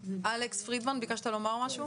אלכס פרידמן, ביקשת לומר משהו?